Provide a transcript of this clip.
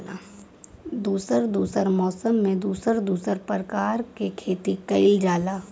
दुसर दुसर मौसम में दुसर दुसर परकार के खेती कइल जाला